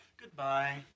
Goodbye